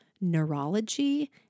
neurology